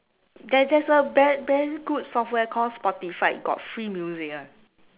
there there's a very very good software called Spotify got free music one